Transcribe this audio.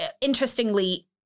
interestingly